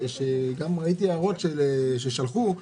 וגם ראיתי הערות ששלחו,